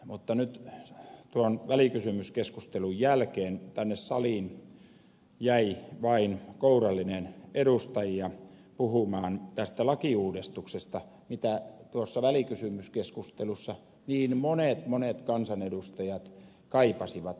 mutta nyt tuon välikysymyskeskustelun jälkeen tänne saliin jäi vain kourallinen edustajia puhumaan tästä lakiuudistuksesta mitä tuossa välikysymyskeskustelussa niin monet monet kansanedustajat kaipasivat